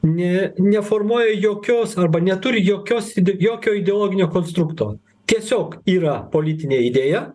nė neformuoja jokios arba neturi jokios jokio ideologinio konstrukto tiesiog yra politinė idėja